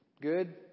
Good